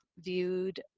viewed